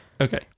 Okay